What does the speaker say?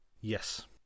yes